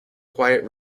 quiet